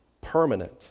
permanent